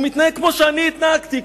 הוא מתנהג כמו שאני התנהגתי,